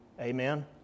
Amen